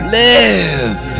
live